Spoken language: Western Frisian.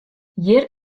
hjir